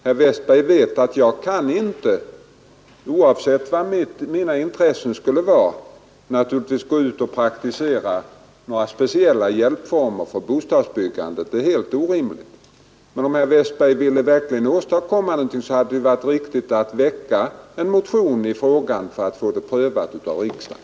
Herr Westberg vet att jag inte, oavsett vilka mina intressen skulle vara, kan praktisera speciella hjälpformer för bostadsbyggandet. Det är helt orimligt. Om herr Westberg vill åstadkomma något är som sagt det riktiga att han väcker en motion för att få frågan prövad av riksdagen.